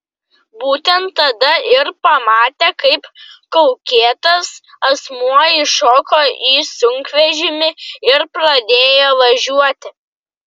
būtent tada ir pamatė kaip kaukėtas asmuo įšoko į sunkvežimį ir pradėjo važiuoti